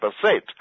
percent